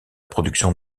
production